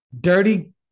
Dirty